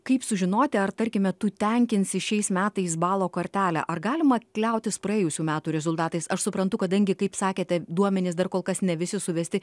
kaip sužinoti ar tarkime tu tenkinsi šiais metais balo kartelę ar galima kliautis praėjusių metų rezultatais aš suprantu kadangi kaip sakėte duomenys dar kol kas ne visi suvesti